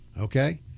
okay